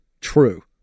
true